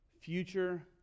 future